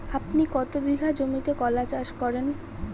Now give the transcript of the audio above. আপনি কত বিঘা জমিতে কলা চাষ করেন?